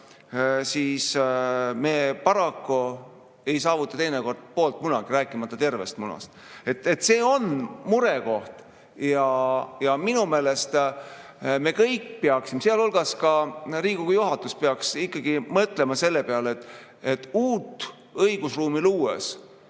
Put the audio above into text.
siis me paraku ei saavuta teinekord poolt munagi, rääkimata tervest munast. See on murekoht ja minu meelest me kõik, sealhulgas Riigikogu juhatus, peaks mõtlema selle peale, kuidas uut õigusruumi luues